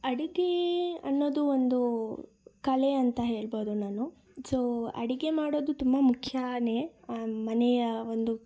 ಅಡುಗೆ ಅನ್ನೋದು ಒಂದು ಕಲೆ ಅಂತ ಹೇಳ್ಬೋದು ನಾನು ಸೋ ಅಡುಗೆ ಮಾಡೋದು ತುಂಬ ಮುಖ್ಯ ಮನೆಯ ಒಂದು